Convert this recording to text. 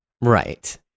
Right